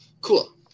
Cool